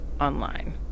online